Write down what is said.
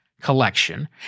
collection